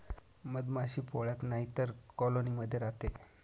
मधमाशी पोळ्यात नाहीतर कॉलोनी मध्ये राहते